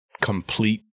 complete